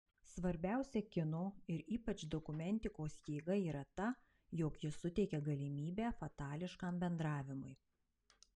svarbiausia kino ir ypač dokumentikos jėga yra ta jog ji suteikia galimybę fatališkam bendravimui